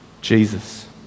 Jesus